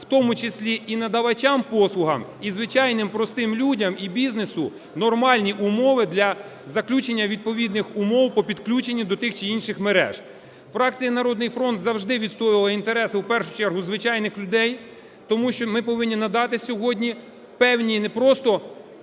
в тому числі і надавачам послуг, і звичайним, простим людям, і бізнесу нормальні умови для заключення відповідних умов по підключенню до тих чи інших мереж. Фракція "Народний фронт" завжди відстоювала інтереси в першу чергу звичайних людей, тому що ми повинні надати сьогодні певні не просто